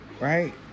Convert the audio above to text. right